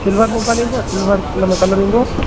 silver mobile ईंदो आहे silver इन में कलर ईंदो आहे